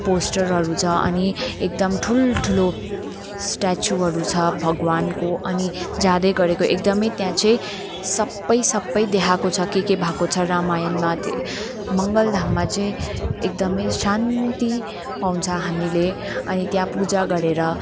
पोस्टरहरू छ अनि एकदम ठुलठुलो स्टाचुहरू छ भगवान्को अनि जाँदै गरेको एकदमै त्यहाँ चाहिँ सबै सबै देखाएको छ के के भएको छ रामायणमा त मङ्गलधाममा चाहिँ एकदमै शान्ति पाउँछ हामीले अनि त्यहाँ पूजा गरेर